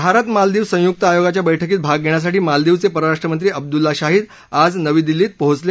भारत मालदीव संयुक्त आयोगाच्या बैठकीत भाग घेण्यासाठीमालदीवचे परराष्ट्रमंत्री अब्दुल्ला शाहिद आज नवी दिल्लीला पोचले